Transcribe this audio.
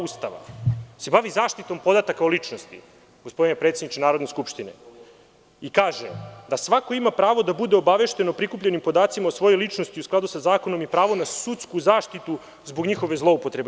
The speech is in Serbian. Ustava se bavi zaštitom podataka o ličnosti gospodine predsedniče i kaže da svako ima pravo da bude obavešten o prikupljenim podacima o svojoj ličnosti u skladu sa zakonom i pravo na sudsku zaštitu zbog njihove zloupotrebe.